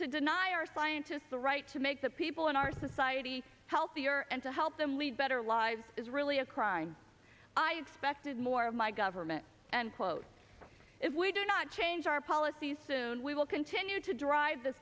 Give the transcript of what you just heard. to deny our scientists the right to make the people in our society healthier and to help them lead better lives is really a crime i expected more of my government and quote if we do not change our policies soon we will continue to drive the